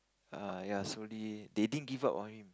err ya slowly they didn't give up on him